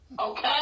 okay